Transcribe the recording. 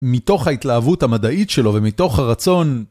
מתוך ההתלהבות המדעית שלו ומתוך הרצון.